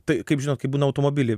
tai kaip žinot kai būna automobily